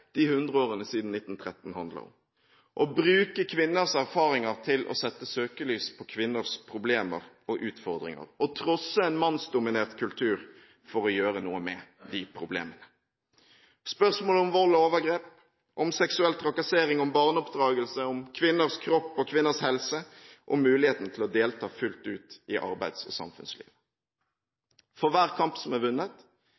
de hundre årene siden 1913 handler om: Å bruke kvinners erfaringer til å sette søkelys på kvinners problemer og utfordringer, å trosse en mannsdominert kultur for å gjøre noe med de problemene, og spørsmål om vold og overgrep, om seksuell trakassering, om barneoppdragelse, om kvinners kropp og kvinners helse, om muligheten til å delta fullt ut i arbeids- og